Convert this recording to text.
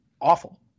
awful